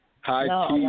Hi